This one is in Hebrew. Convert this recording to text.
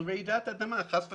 של רעידת אדמה חס וחלילה,